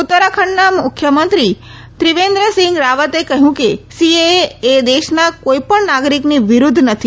ઉત્તરાખંડના મુખ્યમંત્રી ત્રીવેન્દ્ર સિંઘ રાવતે કહયું કે સીએએ એ દેશના કોઇપણ નાગરીકની વિરુધ્ધ નથી